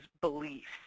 beliefs